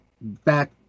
back